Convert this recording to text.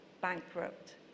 bankrupt